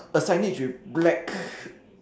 a signage with black